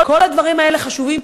כל הדברים האלה חשובים,